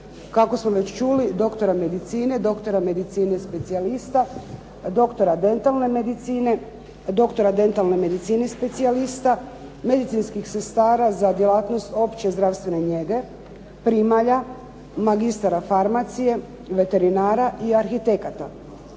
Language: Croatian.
Kako smo već čuli, doktora medicine, doktora medicine specijalista, doktora dentalne medicine, doktora dentalne medicine specijalista, medicinskih sestara za djelatnost opće zdravstvene njege, primalja, magistara farmacije, veterinara i arhitekata,